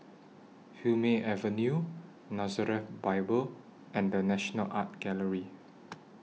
Hume Avenue Nazareth Bible and The National Art Gallery